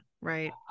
right